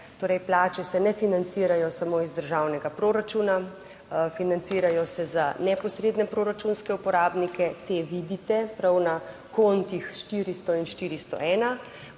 Torej, plače se ne financirajo samo iz državnega proračuna, financirajo se za neposredne proračunske uporabnike. Te vidite prav na kontih 400 in 401,